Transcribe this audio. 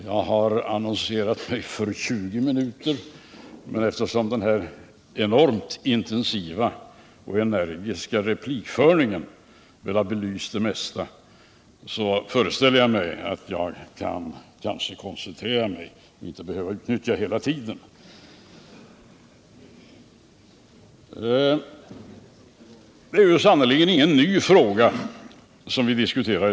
Jag har annonserat mig för 20 minuter, men eftersom den enormt intensiva och energiska replikföringen väl har belyst det mesta, föreställer jag mig att jag kanske kan koncentrera mig så att jag inte behöver utnyttja hela tiden. Det är sannerligen ingen ny fråga som vi i dag diskuterar.